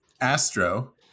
Astro